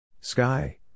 Sky